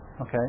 Okay